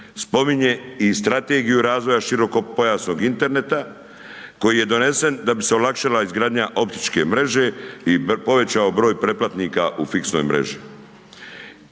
spominje i strategiju razvoja širokopojasnog interneta koji je donesen da bi se olakšala izgradnja optičke mreže i povećao broj pretplatnika u fiksnoj mreži.